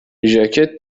ژاکت